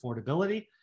affordability